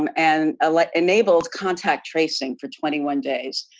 um and ah like enabled contact tracing for twenty one days.